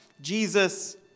Jesus